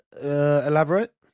elaborate